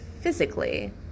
physically